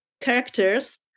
characters